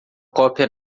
cópia